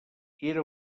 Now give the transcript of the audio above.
era